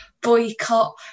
boycott